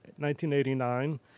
1989